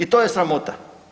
I to je sramota.